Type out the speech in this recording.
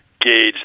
gauge